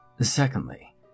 secondly